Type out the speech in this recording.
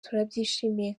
turabyishimiye